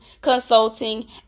consulting